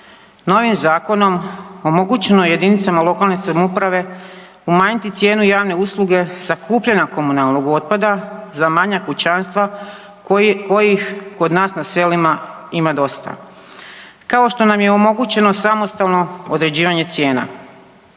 novim zakonom omogućeno je jedinicama lokalne samouprave umanjiti cijenu javne usluge sakupljanja komunalnog otpada za manja kućanstva kojih kod nas na selu ima dosta, kao što nam je omogućeno samostalno određivanje cijena.